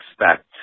expect